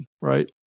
right